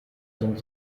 sind